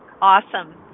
awesome